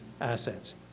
assets